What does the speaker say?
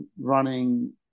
running